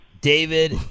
David